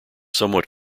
somewhat